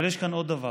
אבל יש כאן עוד דבר: